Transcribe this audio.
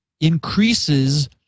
increases